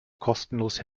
kostenlos